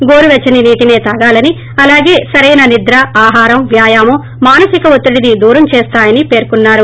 గోరు పెచ్చేని నీటినే తాగాలని అలాగే సరైన నిద్ర ఆహారం వ్యాయామం మానసిక ఒత్తిడిని దూరం చేస్తాయని పేర్కొన్నారు